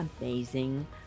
amazing